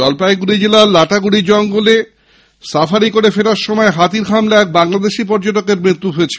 জলপাইগুড়ির জেলার লাটাগুড়ি জঙ্গল সাফারি করে ফেরার সময় হাতির হানায় এক বাংলাদেশী পর্যটকের মৃত্যু হয়েছে